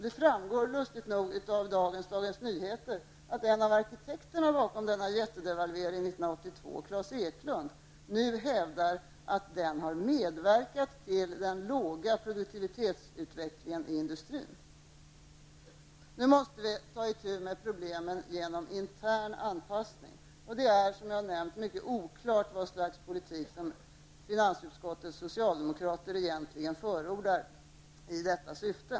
Det framgår lustigt nog av dagens DN, där en av arkitekterna bakom jättedevalveringen 1982, Klas Eklund, hävdar att devalveringen har medverkat till den låga produktiviteten i industrin. Nu måste vi ta itu med problemen genom intern anpassning. Det är, som jag har nämnt, mycket oklart vad slags politik som finansutskottets socialdemokrater förordar i detta syfte.